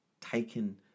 taken